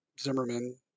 Zimmerman